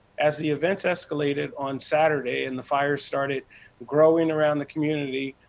as the events escalated on saturday and the fire started but growing around the community,